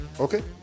Okay